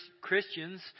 Christians